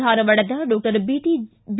ಧಾರವಾಡದ doctor B